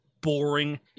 boring